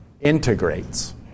integrates